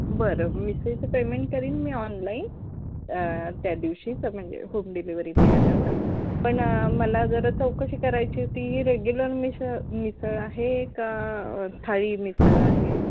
बरं मिसळीचं पेमेंट करीन मी ऑनलाईन त्या दिवशीचं म्हणजे होम डिलिवरी मिळाल्यावर पण मला जरा चौकशी करायची होती ही रेग्युलर मिसळ मिसळ आहे का थाळी मिसळ आहे